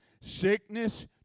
sickness